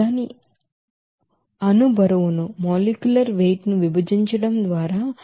దాని molecular weight ను విభజించడం ద్వారా మీరు 0